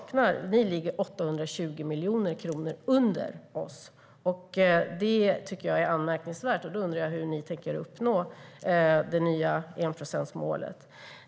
Ni ligger 820 miljoner kronor under oss. Det tycker jag är anmärkningsvärt. Jag undrar hur ni tänker uppnå det nya enprocentsmålet.